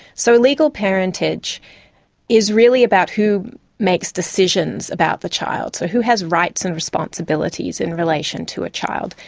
so legal parentage is really about who makes decisions about the child, so who has rights and responsibilities in relation to a child.